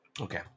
Okay